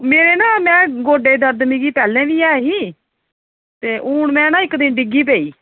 मेरे न मैं गोड्डे दी दर्द मिगी पैह्लें दी ए ही ते हून मैं ना इक दिन डिग्गी पेई